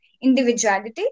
individuality